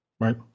Right